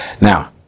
Now